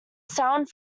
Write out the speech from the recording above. sound